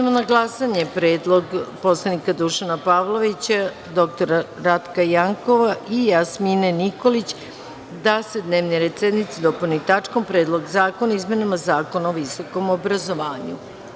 na glasanje predlog poslanika Dušana Pavlovića, dr Ratka Jankova i Jasmine Nikolić da se dnevni red sednice dopuni tačkom – Predlog zakona o izmenama Zakona o visokom obrazovanju.